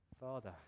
Father